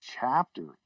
chapter